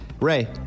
Ray